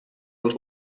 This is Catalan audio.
els